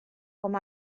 com